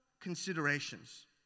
considerations